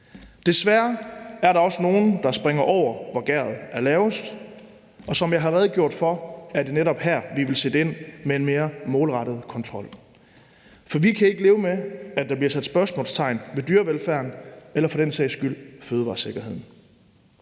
Desværre er der også nogle, der springer over, hvor gærdet er lavest, og som jeg har redegjort for, er det netop her, vi vil sætte ind med en mere målrettet kontrol. For vi kan ikke leve med, at der bliver sat spørgsmålstegn ved dyrevelfærden eller for den sags skyld fødevaresikkerheden.